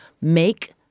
make